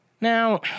Now